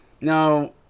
Now